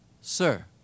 Sir